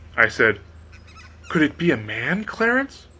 i said could it be man, clarence?